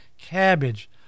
cabbage